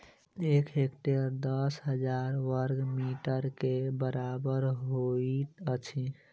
एक हेक्टेयर दस हजार बर्ग मीटर के बराबर होइत अछि